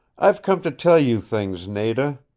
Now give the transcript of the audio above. i've come to tell you things, nada.